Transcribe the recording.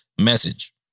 Message